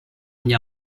agli